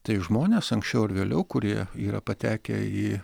tai žmonės anksčiau ar vėliau kurie yra patekę į